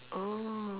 oh